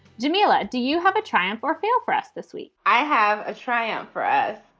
dumela. do you have a triumph or fail for us this week? i have a triumph for us.